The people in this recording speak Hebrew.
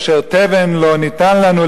אשר תבן לא ניתן לנו,